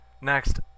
Next